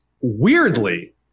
weirdly